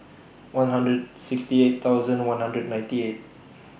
one hundred sixty eight thousand one hundred ninety eight